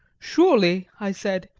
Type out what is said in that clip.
surely, i said,